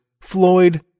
Floyd